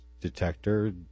detector